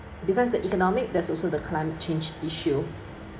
besides the economic there's also the climate change issue